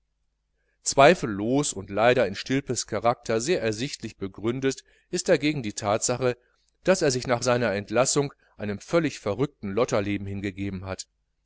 zweifellos und leider in stilpes charakter sehr ersichtlich begründet ist dagegen die thatsache daß er sich nach seiner entlassung einem völlig verrückten lotterleben hingegeben hat